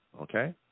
okay